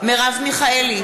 מרב מיכאלי,